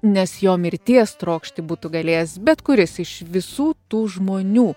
nes jo mirties trokšti būtų galėjęs bet kuris iš visų tų žmonių